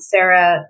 Sarah